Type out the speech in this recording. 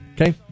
Okay